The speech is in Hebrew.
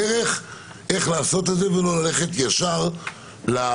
דרך איך לעשות את זה ולא ללכת ישר לקנס.